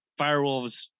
Firewolves